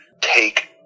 take